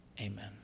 amen